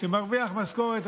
שמרוויח משכורת,